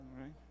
Right